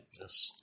Yes